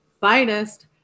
finest